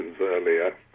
earlier